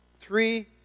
three